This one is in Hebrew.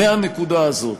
מהנקודה הזאת,